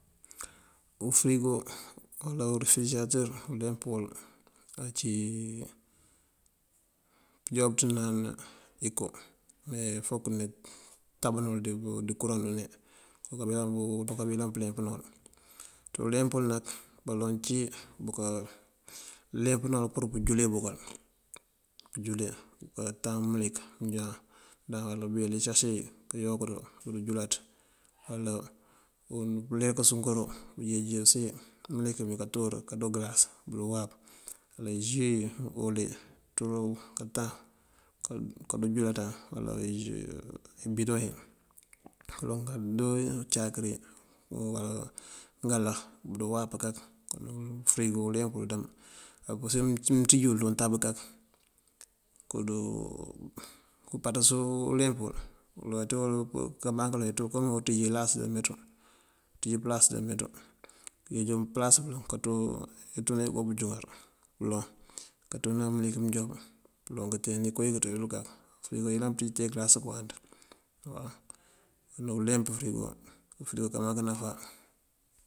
Ufërigo uwala urefërejaratër uleemp wël ací pënjúwáabëţënan inko mee fok këdune tabëlo dí kuraŋ dune këduka bi yëlan pëleempëna wël. Ţí uleemp uwul nak, baloŋ cí bukaleempëna pur pëjúla bëkël pëjúla. Bunkatan mëlik unjá bando buweeli isace kayowangërël koonjúlaţ. Uwala uleemp sukër uwí nënjeej usiw mëlik mí kanţúurël kando ngëlas bund uwáap. Uwala ju kantan koonjulanţan. Uwala imbíndoŋ iyí, baloŋ kandoyil cáakëri o ngëlah duwáap kak. Kon ufërigo uleemp wël adëmb. Apurisir mënţíj uwul dí untab kak kumpas uleemp wël. Uloŋ aţú kabangëla kom bí inţíj ilas dí bameeţú, ilas dí bameeţú. Kënjeej pëlas pëloŋ kanţú inko bënjúŋar, pëloŋ kanţúna mëlik mënjuwáab, pëloŋ kënteen koowu wí kënţú wí dí bameeţú wël kak. Ufërigo ayëlan pënţíj te këlas këwáanţ waw. Wël waŋ uleemp fërigo, fërigo aká mak náfá.